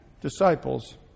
disciples